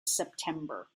september